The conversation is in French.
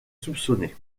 soupçonné